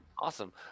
Awesome